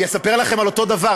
אני אספר לכם על אותו דבר.